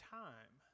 time